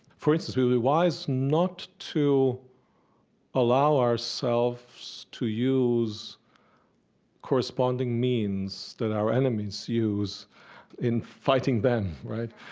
for instance, we would be wise not to allow ourselves to use corresponding means that our enemies use in fighting them, right?